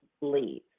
leave